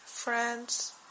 friends